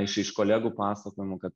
iš iš kolegų pasakojimų kad